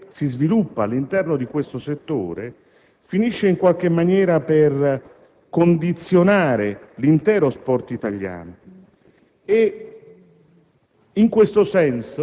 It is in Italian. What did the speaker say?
tutto ciò che si sviluppa all'interno di questo settore finisce in qualche maniera per condizionare l'intero sport italiano.